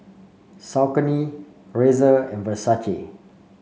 Saucony Razer and Versace